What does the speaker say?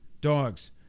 Dogs